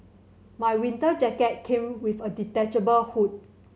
my winter jacket came with a detachable hood